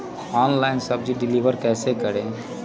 Online सब्जी deliver कैसे करें?